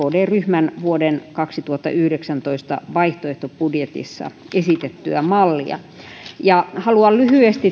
kd ryhmän vuoden kaksituhattayhdeksäntoista vaihtoehtobudjetissa esitettyä mallia haluan lyhyesti